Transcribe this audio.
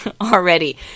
Already